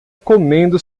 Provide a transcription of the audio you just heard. comendo